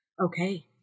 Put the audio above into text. Okay